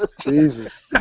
Jesus